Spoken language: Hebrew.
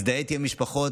הזדהיתי עם המשפחות.